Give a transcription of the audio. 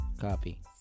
Copy